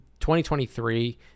2023